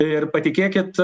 ir patikėkit